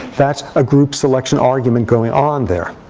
that's a group selection argument going on there.